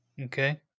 Okay